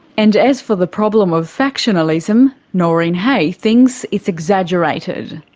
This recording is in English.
and as for the problem of factionalism, noreen hay thinks it's exaggerated.